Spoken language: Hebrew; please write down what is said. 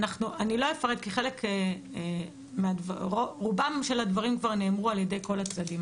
אני לא אפרט כי רובם של הדברים כבר נאמרו על ידי כל הצדדים.